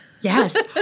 Yes